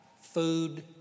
food